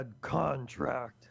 contract